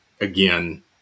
again